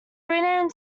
renamed